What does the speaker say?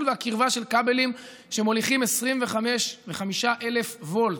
והקרבה של כבלים שמוליכים 25,500 וולט,